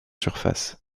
surface